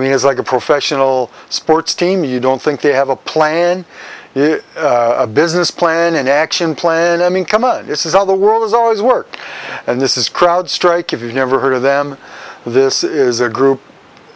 mean it's like a professional sports team you don't think they have a plan is a business plan an action plan i mean come on this is all the world is always work and this is crowd strike if you never heard of them this is a group